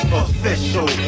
official